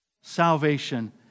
salvation